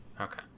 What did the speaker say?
Okay